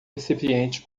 recipiente